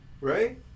Right